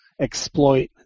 exploit